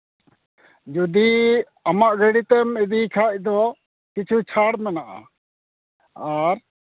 ᱡᱩᱫᱤ ᱟᱢᱟᱜ ᱜᱟᱹᱰᱤ ᱛᱮᱢ ᱤᱫᱤ ᱠᱷᱟᱱ ᱫᱚ ᱠᱤᱪᱷᱩ ᱪᱷᱟᱲ ᱢᱮᱱᱟᱜᱼᱟ ᱟᱨ